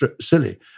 silly